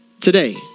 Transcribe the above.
Today